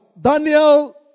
Daniel